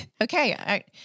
Okay